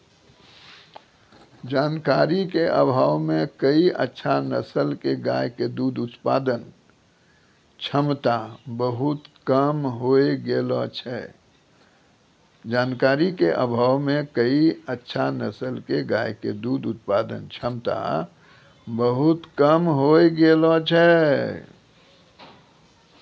जानकारी के अभाव मॅ कई अच्छा नस्ल के गाय के दूध उत्पादन क्षमता बहुत कम होय गेलो छै